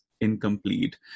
incomplete